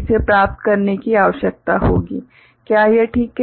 इसे प्राप्त करने की आवश्यकता होगी क्या यह ठीक है